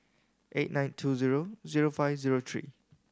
eight nine two zero zero five zero three